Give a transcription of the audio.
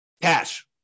Cash